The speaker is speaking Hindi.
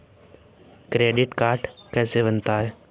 क्रेडिट कार्ड कैसे बनता है?